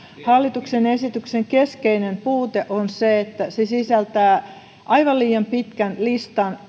hallituksen esityksen keskeinen puute on se että se sisältää aivan liian pitkän listan